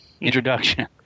introduction